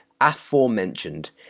aforementioned